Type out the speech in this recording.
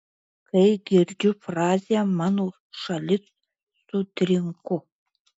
kai girdžiu frazę mano šalis sutrinku